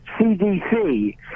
cdc